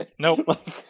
Nope